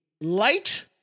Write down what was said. Light